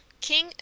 King